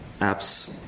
apps